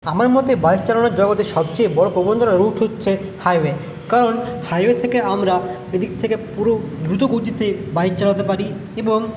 আমার মতে বাইক চালানোর জগতে সবচেয়ে রুট হচ্ছে হাইওয়ে কারণ হাইওয়ে থেকে আমরা এদিক থেকে পুরো দ্রুত গতিতে বাইক চালাতে পারি এবং